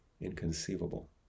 inconceivable